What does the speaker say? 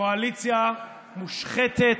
קואליציה מושחתת,